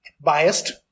biased